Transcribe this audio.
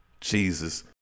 jesus